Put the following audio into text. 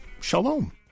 shalom